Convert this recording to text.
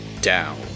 down